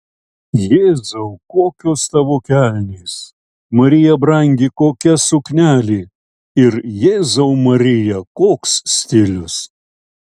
jėzau kokios tavo kelnės marija brangi kokia suknelė ir jėzau marija koks stilius